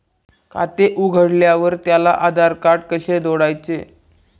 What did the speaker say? खाते उघडल्यावर त्याला आधारकार्ड कसे जोडायचे?